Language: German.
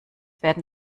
werden